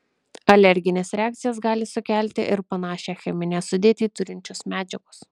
alergines reakcijas gali sukelti ir panašią cheminę sudėtį turinčios medžiagos